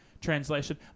translation